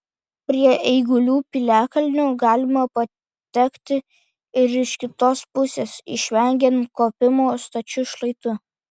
prie eigulių piliakalnio galima patekti ir iš kitos pusės išvengiant kopimo stačiu šlaitu